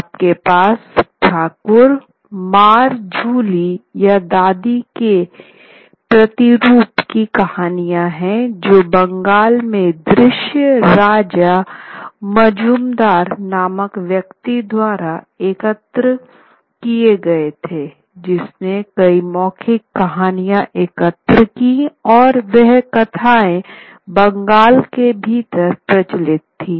आपके पास ठाकुर मार झूली या दादी की प्रतिरूप की कहानियां है जो बंगाल में दर्शन राज मुजुमदार नामक व्यक्ति द्वारा एकत्र किये गए थे जिसने कई मौखिक कहानियां एकत्र की और वह कथाएँ बंगाल के भीतर प्रचलित थीं